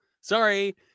Sorry